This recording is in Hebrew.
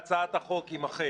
- יימחק.